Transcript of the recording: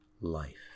life